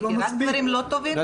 מיקי, רק דברים לא טובים?